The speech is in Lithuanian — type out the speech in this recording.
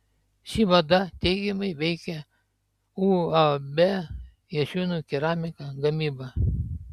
ši mada teigiamai veikia uab jašiūnų keramika gamybą